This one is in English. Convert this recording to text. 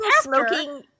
smoking